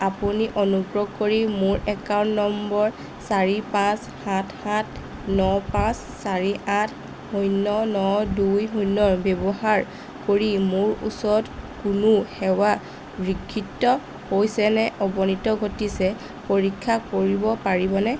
আপুনি অনুগ্ৰহ কৰি মোৰ একাউণ্ট নম্বৰ চাৰি পাঁচ সাত সাত ন পাঁচ চাৰি আঠ শূন্য ন দুই শূন্য ব্যৱহাৰ কৰি মোৰ ওচৰত কোনো সেৱা বিঘিত হৈছে নে অৱনিত ঘটিছে পৰীক্ষা কৰিব পাৰিবনে